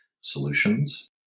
solutions